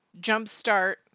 jumpstart